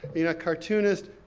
you know, cartoonist,